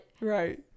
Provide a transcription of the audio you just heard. Right